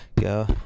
go